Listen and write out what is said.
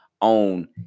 on